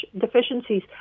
deficiencies